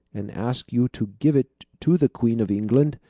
and ask you to give it to the queen of england,